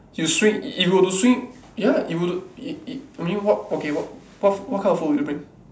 you swing you gotta swing ya it would it it I mean what okay what f~ what kind of food would you bring